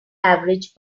average